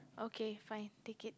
okay fine take it